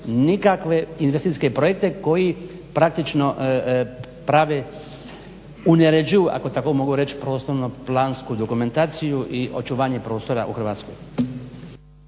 nikakve investicijske projekte koji praktično prave, uneređuju ako tako mogu reći prostorno plansku dokumentaciju i očuvanje prostora u Hrvatskoj.